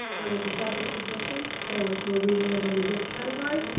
there was a double submission. so we're reading it under this category.